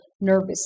nervous